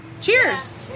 cheers